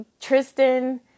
Tristan